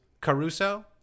Caruso